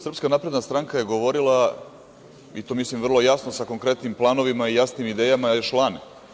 Srpska napredna stranka je govorila i to mislim vrlo jasno sa konkretnim planovima i jasnim idejama je član.